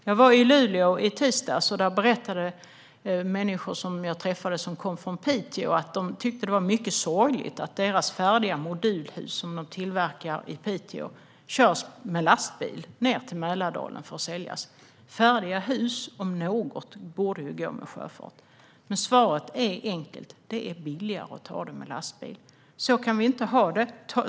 Jag var i Luleå i tisdags, och där berättade människor från Piteå som jag träffade att de tycker att det är mycket sorgligt att deras färdiga modulhus, som de tillverkar i Piteå, körs med lastbil ned till Mälardalen för att säljas. Färdiga hus om något borde gå med sjöfart. Men svaret är enkelt: Det är billigare att ta dem med lastbil. Så kan vi inte ha det.